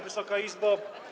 Wysoka Izbo!